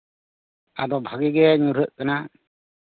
ᱟᱫᱚ ᱵᱷᱟᱜᱮ ᱜᱮ ᱧᱩᱨᱦᱟᱹᱜ ᱠᱟᱱᱟ